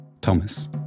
Thomas